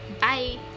bye